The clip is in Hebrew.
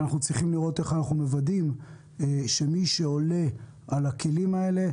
אנחנו צריכים לראות איך אנחנו מוודאים שמי שעולה על הכלים האלה,